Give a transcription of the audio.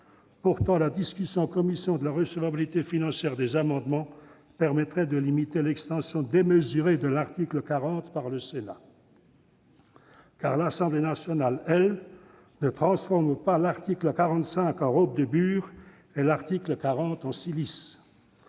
Pourtant, la discussion en commission de la recevabilité financière des amendements permettrait de limiter l'extension démesurée de l'article 40 de la Constitution par le Sénat. Car l'Assemblée nationale, elle, ne transforme pas l'article 45 en robe de bure et l'article 40 en cilice